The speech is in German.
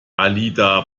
alida